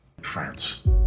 France